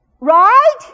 Right